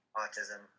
autism